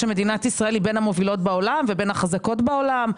שמדינת ישראל היא בין המובילות בעולם ובין החזקות בעולם.